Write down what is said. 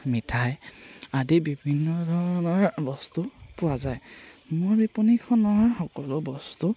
মিঠাই আদি বিভিন্ন ধৰণৰ বস্তু পোৱা যায় মোৰ বিপণীখনৰ সকলো বস্তু